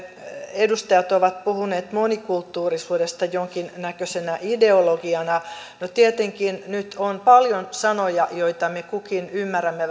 edustajat ovat puhuneet monikulttuurisuudesta jonkinnäköisenä ideologiana no tietenkin nyt on paljon sanoja joita me kukin ymmärrämme